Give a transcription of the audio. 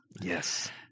Yes